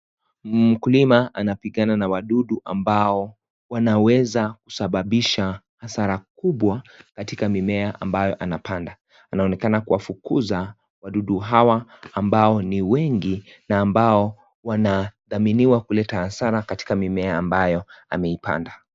Mkulima anapigana na wadudu ambao wanaweza kusababisha hasara kubwa katika mimea ambayo anapanda anaonekana kuwafukuza wadudu hawa ambao ni wengi na ambao wanadaminiwa kuleta hasara katika mimmea ambayo ameipanda.